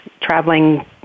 traveling